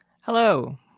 Hello